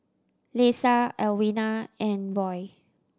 Leisa Alwina and Roy